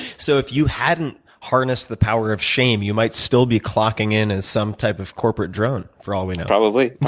so if you hadn't harnessed the power of shame, you might still be clocking in a and some type of corporate drone, for all we know. probably,